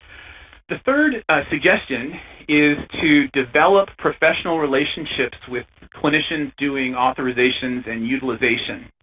the third suggestion is to develop professional relationships with clinicians doing authorizations and utilization.